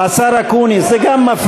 את כל זה אתם עושים כדי להגן, ?